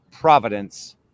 Providence